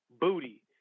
booty